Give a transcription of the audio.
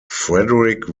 frederick